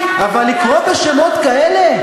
אבל לקרוא בשמות כאלה?